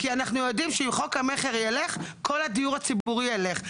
כי אנחנו יודעים שאם חוק המכר יילך כל הדיור הציבורי יילך.